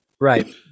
Right